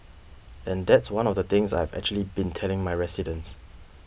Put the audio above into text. and that's one of the things that I've actually been telling my residents